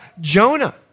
Jonah